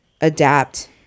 adapt